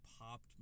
popped